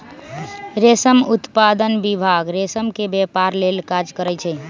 रेशम उत्पादन विभाग रेशम के व्यपार लेल काज करै छइ